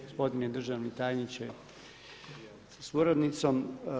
Gospodine državni tajniče sa suradnicom.